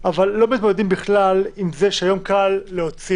אבל לא מתמודדים בכלל עם זה שהיום קל להוציא